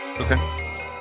Okay